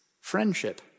Friendship